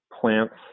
plants